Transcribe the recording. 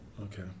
okay